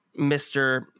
Mr